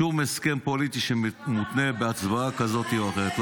שום הסכם פוליטי שמותנה בהצבעה כזאת או אחרת.